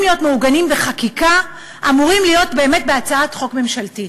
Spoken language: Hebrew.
להיות מעוגנים בחקיקה אמורים להיות באמת בהצעת חוק ממשלתית.